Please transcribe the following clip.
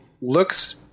looks